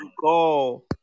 go